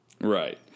Right